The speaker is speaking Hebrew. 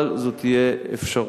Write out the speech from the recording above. אבל זו תהיה אפשרות.